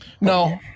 No